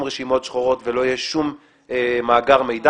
רשימות שחורות ולא יהיה שום מאגר מידע,